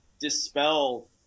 dispel